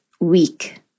week